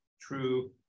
true